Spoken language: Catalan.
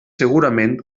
segurament